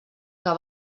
que